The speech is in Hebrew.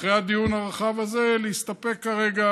ואחרי הדיון הרחב הזה, להסתפק כרגע